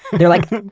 they're like,